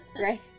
Right